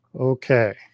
Okay